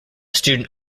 student